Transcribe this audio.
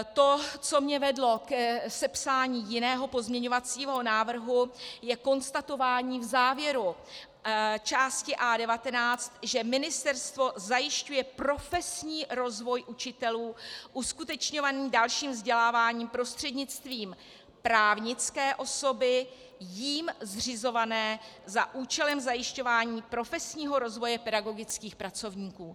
To, co mě vedlo k sepsání jiného pozměňovacího návrhu, je konstatování v závěru části A19, že ministerstvo zajišťuje profesní rozvoj učitelů uskutečňovaný dalším vzděláváním prostřednictvím právnické osoby jím zřizované za účelem zajišťování profesního rozvoje pedagogických pracovníků.